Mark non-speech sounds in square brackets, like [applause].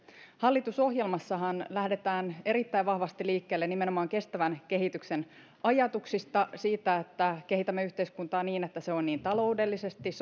hallitusohjelmassahan lähdetään erittäin vahvasti liikkeelle nimenomaan kestävän kehityksen ajatuksista siitä että kehitämme yhteiskuntaa niin että se on niin taloudellisesti [unintelligible]